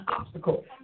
obstacle